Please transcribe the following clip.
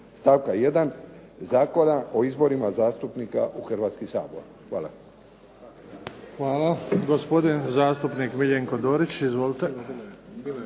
stavka 1. Zakona o izborima zastupnika u Hrvatski sabor. Hvala. **Bebić, Luka (HDZ)** Hvala. Gospodin zastupnik Miljenko Dorić, izvolite.